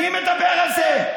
מי מדבר על זה?